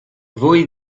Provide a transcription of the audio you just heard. voi